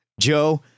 Joe